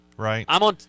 Right